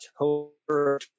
October